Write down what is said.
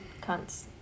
cunts